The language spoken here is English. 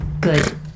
Good